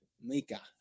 Mika